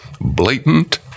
blatant